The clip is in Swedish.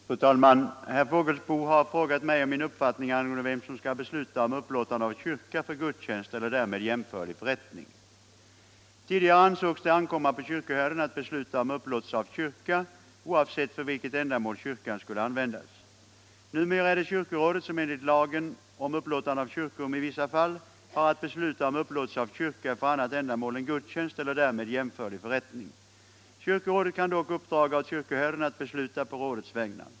Fru talman! Herr Fågelsbo har frågat mig om min uppfattning angående vem som skall besluta om upplåtande av kyrka för gudstjänst eller därmed jämförlig förrättning. Tidigare ansågs det ankomma på kyrkoherden att besluta om upplåtelse av kyrka, oavsett för vilket ändamål kyrkan skulle användas. Numera är det kyrkorådet som enligt lagen om upplåtande av kyrkorum i vissa fall har att besluta om upplåtelse av kyrka för annat ändamål än gudstjänst eller därmed jämförlig förrättning. Kyrkorådet kan dock uppdra åt kyrkoherden att besluta på rådets vägnar.